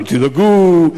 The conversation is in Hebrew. אל תדאגו,